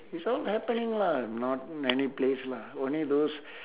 it's all happening lah not many place lah only those